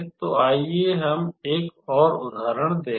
तो आइए हम एक और उदाहरण देखें